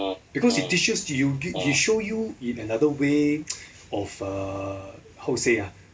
because it teaches you gi~ you show you in another way of err how to say ah